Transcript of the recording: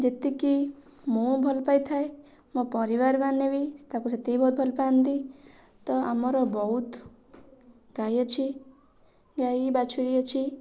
ଯେତିକି ମୁଁ ଭଲ ପାଇଥାଏ ମୋ ପରିବାର ମାନେ ବି ତାକୁ ସେତିକି ବହୁତ ଭଲ ପାଆନ୍ତି ତ ଆମର ବହୁତ ଗାଈ ଅଛି ଗାଈ ବାଛୁରୀ ଅଛି